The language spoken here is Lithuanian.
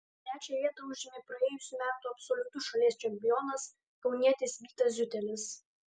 trečią vietą užėmė praėjusių metų absoliutus šalies čempionas kaunietis vytas ziutelis